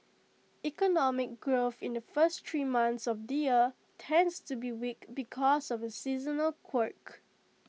economic growth in the first three months of the year tends to be weak because of A seasonal quirk